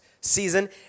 season